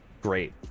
Great